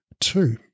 Two